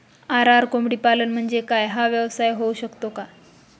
RR कोंबडीपालन म्हणजे काय? हा व्यवसाय होऊ शकतो का?